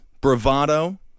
bravado